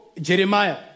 Jeremiah